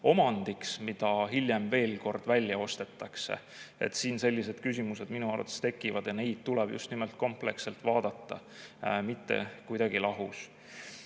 omandiks, mida hiljem veel kord välja ostetakse. Sellised küsimused minu arvates siin tekivad ja neid tuleb vaadata just nimelt kompleksselt, mitte kuidagi lahus.